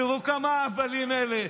תיראו כמה אהבלים אלה.